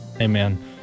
Amen